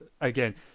Again